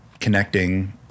connecting